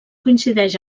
coincideix